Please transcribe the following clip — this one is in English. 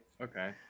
Okay